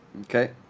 Okay